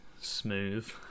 smooth